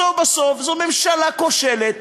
בסוף בסוף זו ממשלה כושלת,